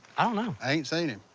i don't know. i ain't seen him.